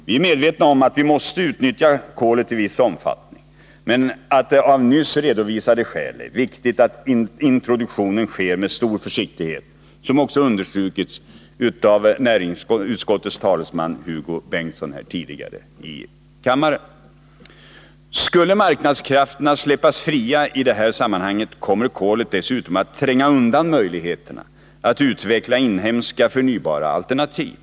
Vi är medvetna om att vi måste utnyttja kolet i viss omfattning men att det av nyss redovisade skäl är viktigt att introduktionen sker med stor försiktighet, såsom också understrukits av näringsutskottets talesman Hugo Bengtsson tidigare här i kammaren. Skulle marknadskrafterna släppas fria i det här sammanhanget, skulle kolet dessutom komma att tränga undan möjligheterna att utveckla inhemska förnybara alternativ.